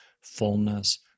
fullness